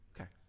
Okay